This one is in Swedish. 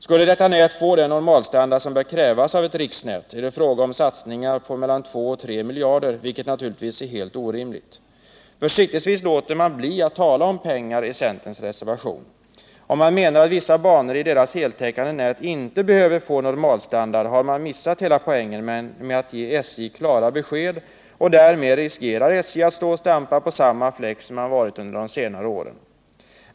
Skulle detta nät få den normalstandard som bör krävas av ett riksnät är det fråga om satsningar på mellan 2 och 3 miljarder kronor, vilket naturligtvis är helt orimligt. Försiktigtvis låter man bli att tala om pengar i centerns reservation. Om man menar att vissa banor i deras heltäckande nät inte behöver få normalstandarden har man missat hela poängen med att ge SJ klara besked. Därmed riskerar SJ att stå och stampa på samma fläck som man gjort under senare år.